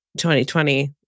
2020